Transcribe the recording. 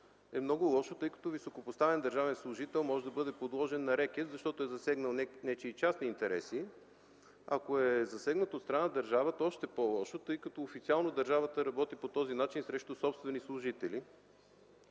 е много лошо, тъй като високопоставен държавен служител може да бъде подложен на рекет, защото е засегнал нечии частни интереси. Ако е засегнат от страна на държавата – още по-лошо, тъй като официално държавата работи по този начин срещу собствените си служители.